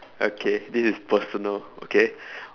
okay this is personal okay